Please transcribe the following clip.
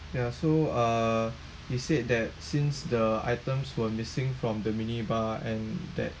ya so uh he said that since the items were missing from the minibar and that